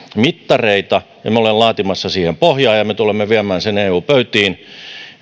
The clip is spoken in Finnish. mittareita ja olemme laatimassa siihen pohjaa ja tulemme viemään sen eu pöytiin